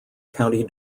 county